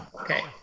Okay